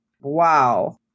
wow